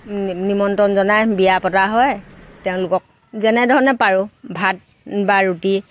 নি নিমন্ত্ৰণ জনাই বিয়া পতা হয় তেওঁলোকক যেনেধৰণে পাৰোঁ ভাত বা ৰুটি